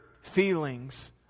feelings